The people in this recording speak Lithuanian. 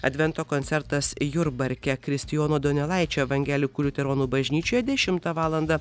advento koncertas jurbarke kristijono donelaičio evangelikų liuteronų bažnyčioje dešimtą valandą